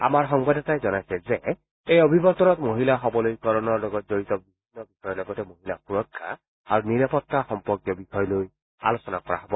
আমাৰ সংবাদদাতাই জনাইছে যে এই অভিৱৰ্তনত মহিলা সবলীকৰণৰ লগত জড়িত বিভিন্ন বিষয়ৰ লগতে মহিলা সুৰক্ষা আৰু নিৰাপত্তা সম্পৰ্কীয় বিষয় লৈ আলোচনা কৰা হব